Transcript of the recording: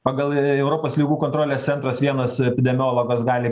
pagal europos ligų kontrolės centras vienas epidemiologas gali